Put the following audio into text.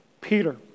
Peter